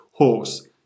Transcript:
horse